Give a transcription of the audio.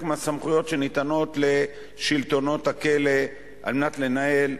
מהסמכויות שניתנות לשלטונות הכלא על מנת לנהל,